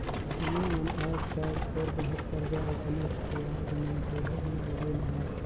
समुह मन आएज काएल थोर बहुत करजा अपनेच बियाज में देहे ले लगिन अहें